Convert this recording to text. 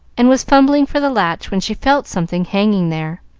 and was fumbling for the latch when she felt something hanging there.